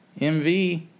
MV